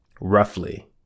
roughly